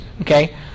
okay